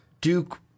Duke